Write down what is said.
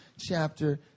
chapter